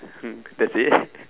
hmm that's it